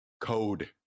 Code